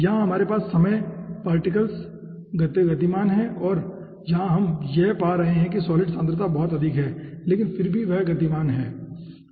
यहां हमारे पास समग्र पार्टिकल्स गतिमान हैं और यहां हम यह पा रहे हैं कि सॉलिड सांद्रता बहुत अधिक है लेकिन फिर भी वह गतिमान है ठीक है